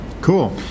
cool